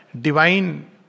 divine